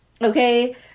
Okay